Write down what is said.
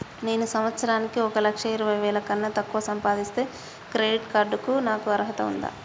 నేను సంవత్సరానికి ఒక లక్ష ఇరవై వేల కన్నా తక్కువ సంపాదిస్తే క్రెడిట్ కార్డ్ కు నాకు అర్హత ఉందా?